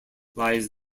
lies